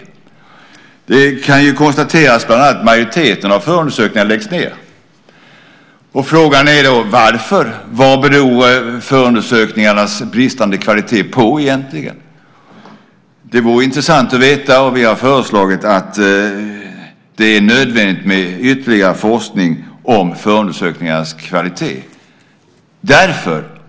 Bland annat kan det konstateras att majoriteten av förundersökningarna läggs ned, och frågan är då varför. Vad beror förundersökningarnas bristande kvalitet på egentligen? Det vore intressant att veta. Vi har sagt att det är nödvändigt med ytterligare forskning om förundersökningarnas kvalitet.